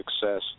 success